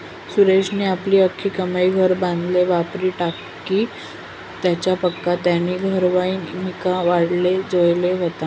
सुरेशनी आपली आख्खी कमाई घर बांधाले वापरी टाकी, त्यानापक्सा त्यानी घरवर ईमा काढाले जोयजे व्हता